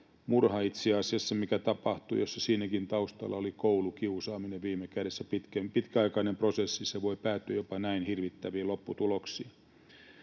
tuo Koskelan murha, mikä tapahtui, jossa siinäkin taustalla oli koulukiusaaminen viime kädessä. Pitkäaikainen prosessi voi päätyä jopa näin hirvittäviin lopputuloksiin.